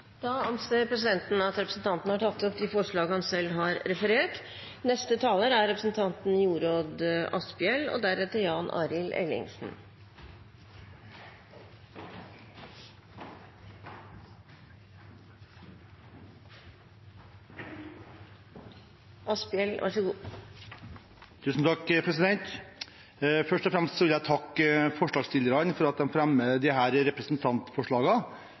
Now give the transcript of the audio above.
da vi anser dette også som dekket av vårt forslag nr. 2. Da anser presidenten at representanten Anders B. Werp har tatt opp de forslag han har referert til. Først og fremst vil jeg takke forslagsstillerne for at de